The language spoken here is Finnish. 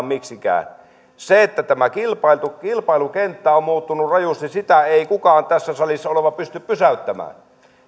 miksikään sitä että tämä kilpailukenttä on muuttunut rajusti ei kukaan tässä salissa oleva pysty pysäyttämään